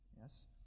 yes